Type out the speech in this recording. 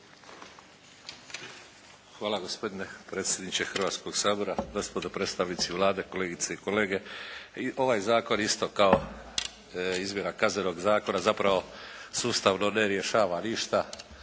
Hvala gospodine predsjedniče Hrvatskog sabora, gospodo predstavnici Vlade, kolegice i kolege. Ovaj zakon isto kao izmjena Kaznenog zakona zapravo sustavno ne rješava ništa.